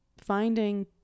finding